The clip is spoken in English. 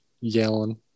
yelling